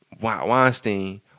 Weinstein